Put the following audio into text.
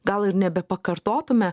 gal ir nebepakartotume